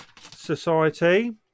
Society